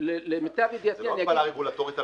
זו לא הגבלה רגולטורית,